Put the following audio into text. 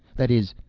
that is,